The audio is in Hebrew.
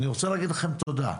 אני רוצה להגיד לכם תודה.